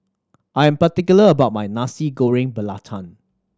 I am particular about my Nasi Goreng Belacan